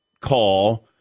call